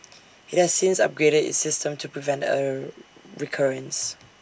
IT has since upgraded its system to prevent A recurrence